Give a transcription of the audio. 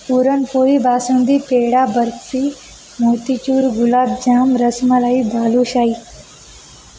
puran poli basundi peda barfi motichoor gulabjam rasmalai balushahi